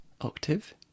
Octave